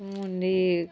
ମୁଣ୍ଡି